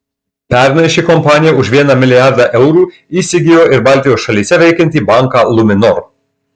pernai ši kompanija už vieną milijardą eurų įsigijo ir baltijos šalyse veikiantį banką luminor